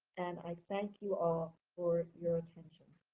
and i thank you all for your attention.